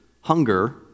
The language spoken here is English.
hunger